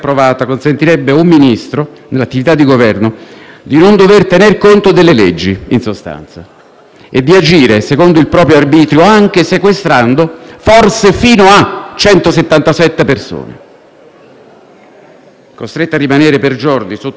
e di agire secondo il proprio arbitrio anche sequestrando forse fino a 177 persone, costrette a rimanere per giorni sotto il sole nel periodo più caldo dell'anno su una nave militare non attrezzata a ospitare tante persone